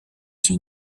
się